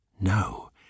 No